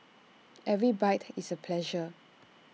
every bite is A pleasure